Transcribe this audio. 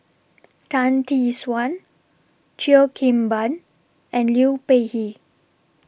Tan Tee Suan Cheo Kim Ban and Liu Peihe